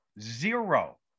zero